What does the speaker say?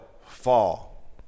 fall